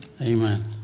Amen